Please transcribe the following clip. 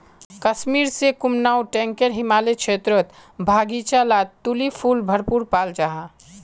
कश्मीर से कुमाऊं टेकर हिमालयी क्षेत्रेर बघिचा लात तुलिप फुल भरपूर पाल जाहा